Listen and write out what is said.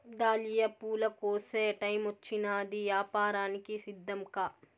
dahlia పూల కోసే టైమొచ్చినాది, యాపారానికి సిద్ధంకా